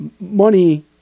money